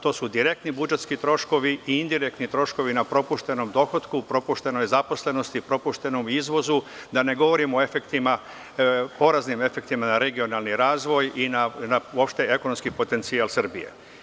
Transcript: To su direktni budžetski troškovi i indirektni troškovi na propuštenom dohotku, propuštenoj zaposlenosti, propuštenom izvozu, a da ne govorimo o efektima, poreznim efektima na regionalni razvoj i na uopšte ekonomski potencijal Srbije.